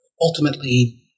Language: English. ultimately